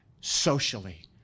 socially